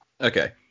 Okay